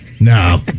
No